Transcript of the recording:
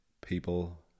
people